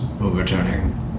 overturning